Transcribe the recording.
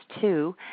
two